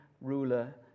ruler